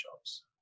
jobs